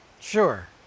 sure